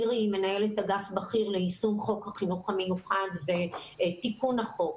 מירי היא מנהלת אגף בכיר ליישום חוק החינוך המיוחד ותיקון החוק,